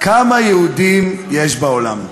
כמה יהודים יש בעולם?